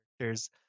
characters